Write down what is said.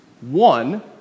One